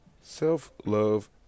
self-love